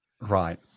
right